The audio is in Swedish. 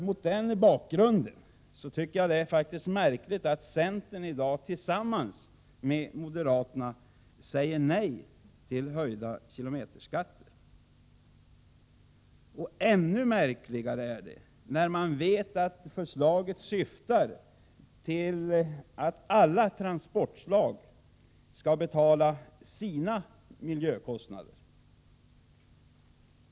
Mot den bakgrunden är det märkligt att centern i dag tillsammans med moderaterna säger nej till höjda kilometerskatter. Ännu märkligare ter det sig när man vet att förslaget syftar till att alla transportslag skall betala sina miljökostnader.